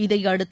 இதையடுத்து